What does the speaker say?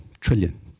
trillion